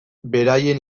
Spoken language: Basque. beraien